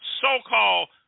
so-called